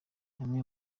amwe